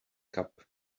cup